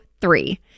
three